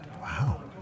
Wow